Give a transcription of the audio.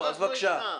אנחנו איתך.